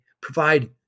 provide